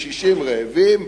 קשישים רעבים,